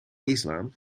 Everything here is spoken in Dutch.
islam